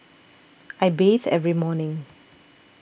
I bathe every morning